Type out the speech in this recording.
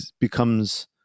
becomes